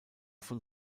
von